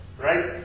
Right